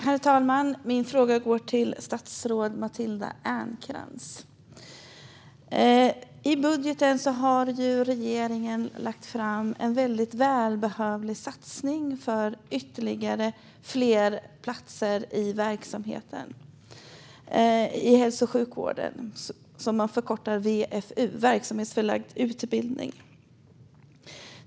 Herr talman! Min fråga går till statsrådet Matilda Ernkrans. I budgeten har regeringen lagt fram en väldigt välbehövlig satsning för fler platser i verksamheten i hälso och sjukvården som förkortas VMU, verksamhetsförlagd utbildning.